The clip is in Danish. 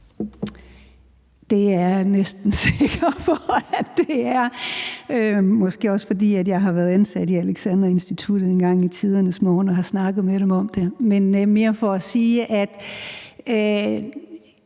Det er jeg næsten sikker på at det er, måske også fordi jeg har været ansat i Alexandra Instituttet engang i tidernes morgen og har snakket med dem om det. Men det er mere for at sige, at